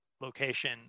location